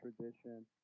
tradition